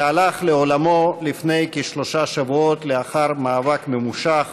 שהלך לעולמו לפני כשלושה שבועות לאחר מאבק ממושך